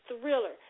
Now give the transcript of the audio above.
Thriller